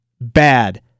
bad